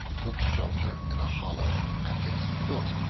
took shelter in a hollow at its foot.